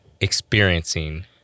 experiencing